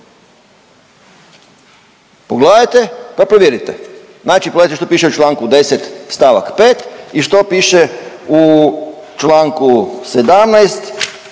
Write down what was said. Pogledajte pa provjerite. Znači pogledajte što piše u članku 10. stavak 5. i što piše u čl. 17. st. 2.